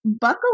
buckle